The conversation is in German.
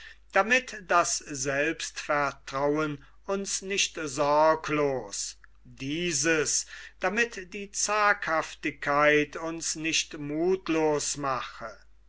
damit das selbstvertrauen uns nicht sorglos dieses damit die zaghaftigkeit uns nicht muthlos mache